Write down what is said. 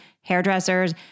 hairdressers